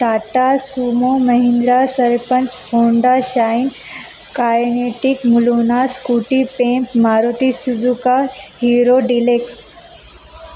Tata Sumo Mahindra Sarpanch Honda Shine Kinetic म Luna Scooty Pep Maruti Suzuki Hero deluxe